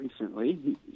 recently